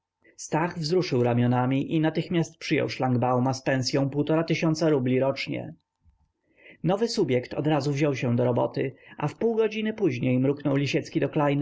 stach wzruszył ramionami i natychmiast przyjął szlangbauma z pensyą półtora tysiąca rubli rocznie nowy subjekt odrazu wziął się do roboty a wpół godziny później mruknął lisiecki do klejna